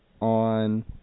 on